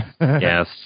Yes